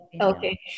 okay